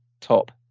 top